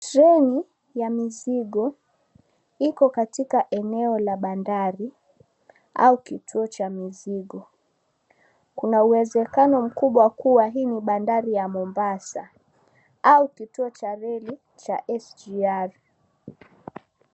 Treni ya mizigo iko katika eneo la bandari au kituo cha mizigo kuna uwezekano makubwa kuwa hii ni bandari ya Mombasa au kituo cha reli cha SGR.